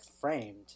framed